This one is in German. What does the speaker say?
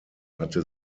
hatte